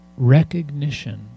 Recognition